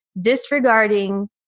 disregarding